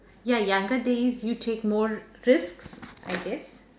ya younger days you take more risks I guess